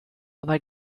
aber